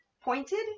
pointed